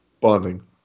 Bonding